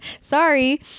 Sorry